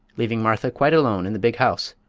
leaving martha quite alone in the big house,